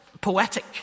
poetic